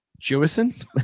Jewison